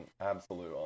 absolute